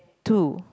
two